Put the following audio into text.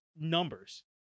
numbers